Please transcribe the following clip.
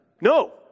No